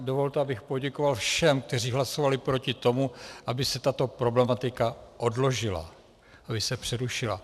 Dovolte, abych poděkoval všem, kteří hlasovali proti tomu, aby se tato problematika odložila, aby se přerušila.